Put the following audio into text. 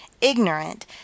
ignorant